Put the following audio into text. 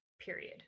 period